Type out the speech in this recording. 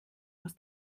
muss